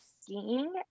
skiing